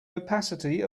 opacity